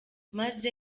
maze